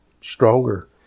stronger